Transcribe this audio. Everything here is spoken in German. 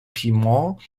piemont